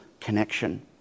connection